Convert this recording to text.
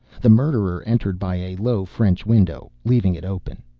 the murderer entered by a low french window, leaving it open.